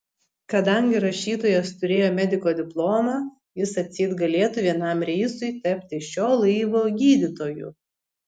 kadangi rašytojas turėjo mediko diplomą jis atseit galėtų vienam reisui tapti šio laivo gydytoju